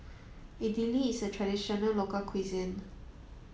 Idili is a traditional local cuisine